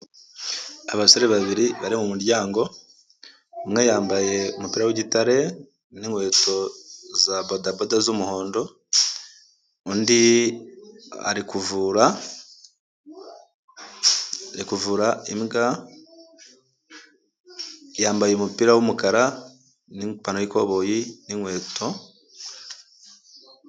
Abasore babiri bari mu muryango, umwe yambaye umupira w'igitare, n'inkweto za bodaboda z'umuhondo, undi ari kuvura imbwa, yambaye umupira w'umukara, n'ipantaro y'ikoboyi n'inkweto.